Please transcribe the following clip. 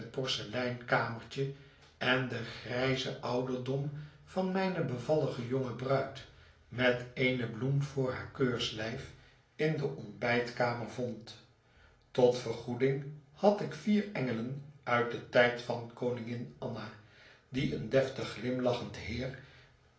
porseleinkamertje en den grijzen ouderdom van mijne bevallige jonge bruid met eene bloem voor haar keurslijf in de ontbijtkamer vond tot vergoeding had ik vier engelen uit den tijd van koningin anna die een deftig glimlachend heer